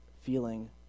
feeling